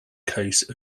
case